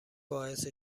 باعث